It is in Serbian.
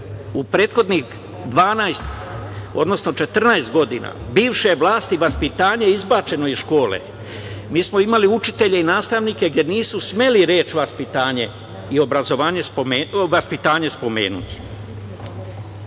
u prethodnih 12, odnosno 14 godina bivše vlasti vaspitanje izbačeno iz škole. Mi smo imali učitelje i nastavnike gde nisu smeli reč „vaspitanje“ spomenuti. Isto